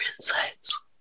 insights